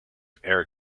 air